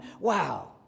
wow